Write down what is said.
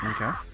Okay